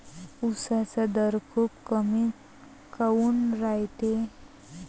उसाचा दर खूप कमी काऊन रायते?